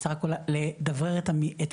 בסך הכל לדברר את התמונות,